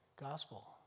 gospel